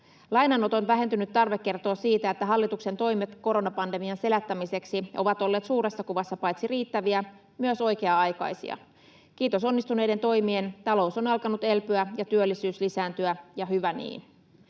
Lainanoton vähentynyt tarve kertoo siitä, että hallituksen toimet koronapandemian selättämiseksi ovat olleet suuressa kuvassa paitsi riittäviä myös oikea-aikaisia. Kiitos onnistuneiden toimien, talous on alkanut elpyä ja työllisyys lisääntyä, ja hyvä niin.